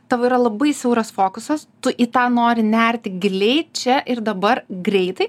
tavo yra labai siauras fokusas tu į tą nori nerti giliai čia ir dabar greitai